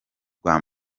rwa